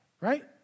right